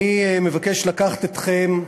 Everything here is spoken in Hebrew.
אני מבקש לקחת אתכם,